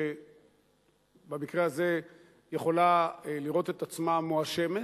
שבמקרה הזה יכולה לראות את עצמה מואשמת,